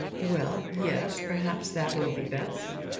well, yes perhaps that will be best.